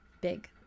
big